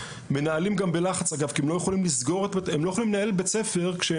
המנהלים בלחץ כי הם לא יכולים לנהל בית ספר בצורה מיטבית.